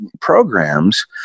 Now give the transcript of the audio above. programs